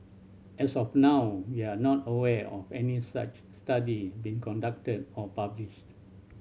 as of now we are not aware of any such study being conducted or published